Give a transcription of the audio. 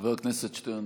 חבר הכנסת שטרן,